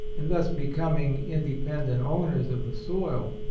and thus becoming in dependent owners of the soil.